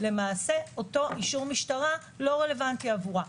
אותו אישור משטרה לא רלוונטי עבורה.